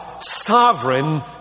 sovereign